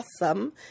awesome